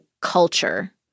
culture